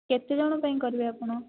କେତେ ଜଣ ପାଇଁ କରିବେ ଆପଣ